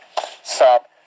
Stop